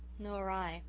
nor i,